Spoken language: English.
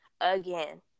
again